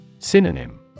Synonym